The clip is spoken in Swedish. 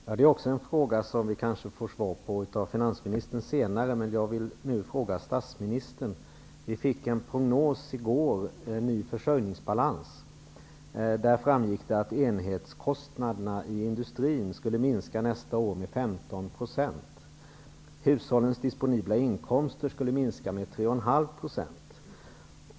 Fru talman! Detta är en fråga som vi kanske också får svar på av finansministern senare, men jag vill nu ställa den till statsministern. Vi fick en prognos i går om en ny försörjningsbalans. I den framgick att enhetskostnaderna i industrin under nästa år skulle minska med 15 %. Hushållens disponibla inkomster skulle minska med 3,5 %.